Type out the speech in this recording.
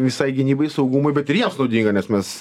visai gynybai saugumui bet ir jiems naudinga nes mes